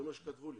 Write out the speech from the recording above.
זה מה שכתבו לי.